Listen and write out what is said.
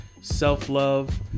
self-love